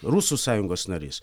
rusų sąjungos narys